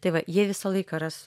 tai va jie visą laiką ras